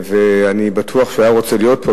אך אני בטוח שהוא היה רוצה להיות פה,